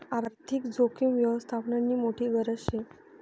आर्थिक जोखीम यवस्थापननी मोठी गरज शे